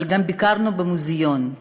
אבל גם ביקרנו במוזיאון.